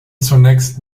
zunächst